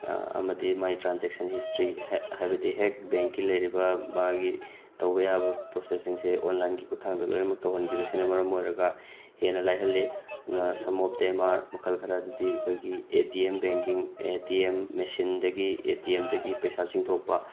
ꯑꯃꯗꯤ ꯃꯥꯏ transaction history ꯍꯥꯏꯕꯗꯤ ꯍꯦꯛ ꯕꯦꯡꯀꯤ ꯂꯩꯔꯤꯕ ꯃꯥꯒꯤ ꯇꯧꯕ ꯌꯥꯕ ꯄ꯭ꯔꯣꯁꯦꯁꯁꯤꯡꯁꯦ ꯑꯣꯟꯂꯥꯏꯟꯒꯤ ꯈꯨꯠꯊꯥꯡꯗ ꯂꯣꯏꯅꯃꯛ ꯇꯧꯍꯟꯈꯤꯕꯁꯤꯅ ꯃꯔꯝ ꯑꯣꯏꯔꯒ ꯍꯦꯟꯅ ꯂꯥꯏꯍꯜꯂꯤ ꯑꯗꯨꯅ ꯁꯝ ꯑꯣꯐ ꯗꯦꯝ ꯑꯥꯔ ꯃꯈꯜ ꯈꯔ ꯑꯗꯨꯗꯤ ꯑꯩꯈꯣꯏꯒꯤ A T M banking A T M ꯃꯦꯆꯤꯟꯗꯒꯤ ꯑꯦ ꯇꯤ ꯑꯦꯝꯗꯒꯤ ꯄꯩꯁꯥ ꯆꯤꯡꯊꯣꯛꯄ